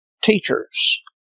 teachers